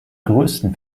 größten